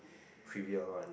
trivial one